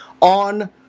on